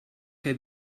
que